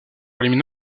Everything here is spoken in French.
éliminé